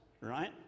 right